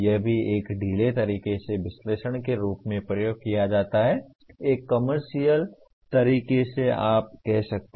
यह भी एक ढीले तरीके से विश्लेषण के रूप में प्रयोग किया जाता है एक कमर्शियल तरीके से आप कह सकते हैं